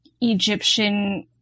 Egyptian